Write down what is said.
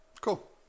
Cool